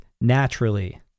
naturally